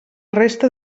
resta